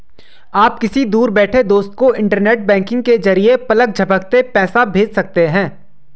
आप किसी दूर बैठे दोस्त को इन्टरनेट बैंकिंग के जरिये पलक झपकते पैसा भेज सकते हैं